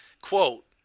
quote